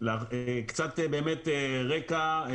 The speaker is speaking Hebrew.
קצת באמת רקע.